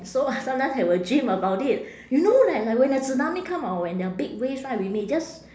so sometimes I will dream about it you know like like when a tsunami come or when there are big waves right we may just